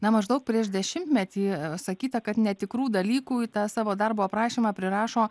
na maždaug prieš dešimtmetį sakyta kad netikrų dalykų į tą savo darbo aprašymą prirašo